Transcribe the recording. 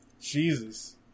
Jesus